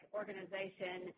organization